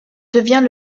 devient